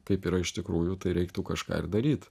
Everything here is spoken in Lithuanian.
kaip yra iš tikrųjų tai reiktų kažką ir daryt